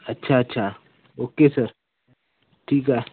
अच्छा अच्छा okay sir ठीक